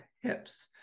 hips